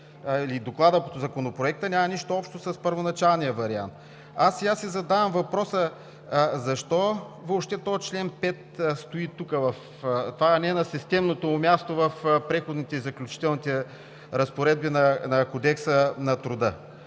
или Доклада по Законопроекта няма нищо общо с първоначалния вариант. Аз сега си задавам въпроса: защо въобще този чл. 5 стои тук, а не на системното му място в Преходните и заключителните разпоредби на Кодекса на труда?